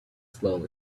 slowly